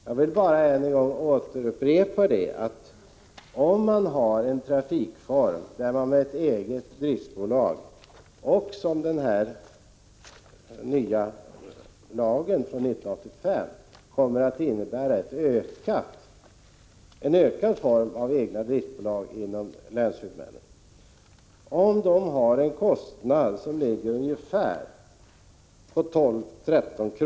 Jag vill än en gång upprepa, att om ett driftbolag — den nya lagen från 1985 kommer att innebära ett ökat antal egna driftbolag bland länshuvudmännen — har en kostnad på 12-13 kr.